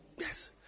Yes